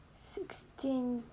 sixteen